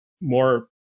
more